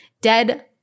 dead